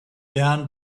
down